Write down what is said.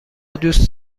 دوست